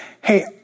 Hey